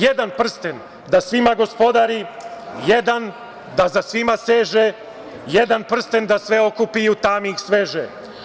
Jedan prsten da svima gospodari, jedan da za svima seže, jedan prsten da sve okupi u tami sveže.